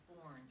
born